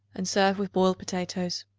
and serve with boiled potatoes.